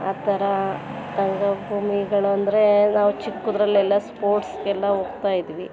ಆ ಥರ ಅಂದರೆ ನಾವು ಚಿಕ್ಕದರಲ್ಲೆಲ್ಲ ಸ್ಪೋರ್ಟ್ಸ್ಗೆಲ್ಲ ಹೋಗ್ತಾಯಿದ್ವಿ